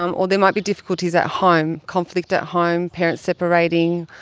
um or there might be difficulties at home, conflict at home, parents separating,